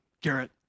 Garrett